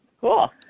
Cool